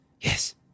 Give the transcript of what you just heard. yes